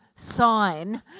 sign